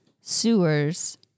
sewers